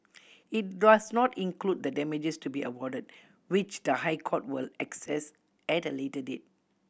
it does not include the damages to be awarded which the High Court will assess at a later date